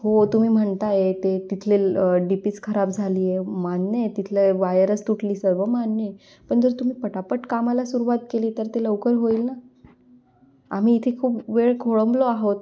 हो तुम्ही म्हणत आहे ते तिथले डी पीच खराब झाली आहे मान्य आहे तिथले वायरच तुटली सर्व मान्य आहे पण जर तुम्ही पटापट कामाला सुरवात केली तर ते लवकर होईल ना आम्ही इथे खूप वेळ खोळंबलो आहोत